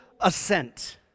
assent